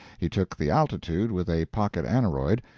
he took the altitude with a pocket-aneroid,